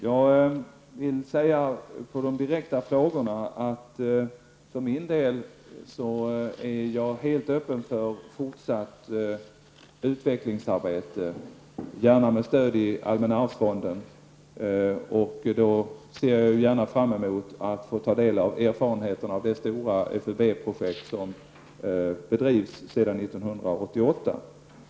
Som svar på de direkta frågorna vill jag säga att jag för min del är helt öppen för fortsatt utvecklingsarbete, gärna med stöd i allmänna arvsfonden. Jag ser fram emot att få ta del av erfarenheterna från det stora RFUB-projekt som har bedrivits sedan 1988.